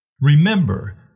Remember